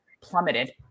plummeted